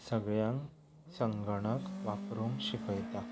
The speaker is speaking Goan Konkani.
सगल्यांक संगणक वापरूंक शिकयता